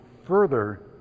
further